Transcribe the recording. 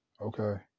okay